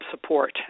support